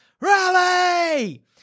Rally